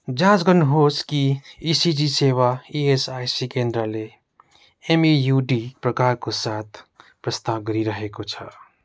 जाँच गर्नुहोस् कि इसिजी सेवा इएसआइसी केन्द्रले एमएयुडी प्रकारको साथ प्रस्ताव गरिरहेको छ